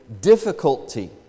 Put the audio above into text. difficulty